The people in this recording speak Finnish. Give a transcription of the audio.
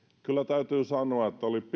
kyllä täytyy sanoa että oli